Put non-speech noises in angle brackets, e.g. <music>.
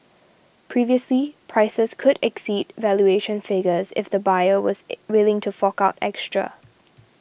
previously prices could exceed valuation figures if the buyer was <hesitation> willing to fork out extra